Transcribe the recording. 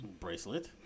bracelet